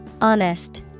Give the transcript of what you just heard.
Honest